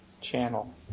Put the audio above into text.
Channel